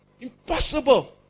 Impossible